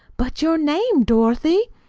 but your name, dorothy,